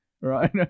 right